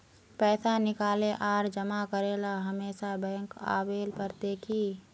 पैसा निकाले आर जमा करेला हमेशा बैंक आबेल पड़ते की?